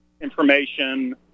information